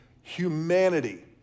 humanity